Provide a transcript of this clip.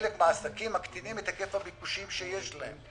חלק מהעסקים מקטינים את היקף הביקושים שיש להם.